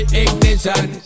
ignition